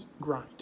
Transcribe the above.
grind